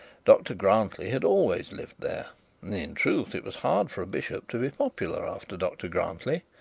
dr grantly had always lived there and in truth it was hard for a bishop to be popular after dr grantly.